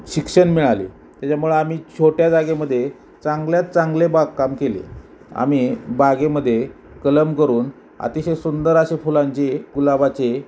शिक्षण मिळाले त्याच्यामुळं आम्ही छोट्या जागेमध्ये चांगल्यात चांगले बागकाम केले आम्ही बागेमध्ये कलम करून अतिशय सुंदर असे फुलांचे गुलाबाचे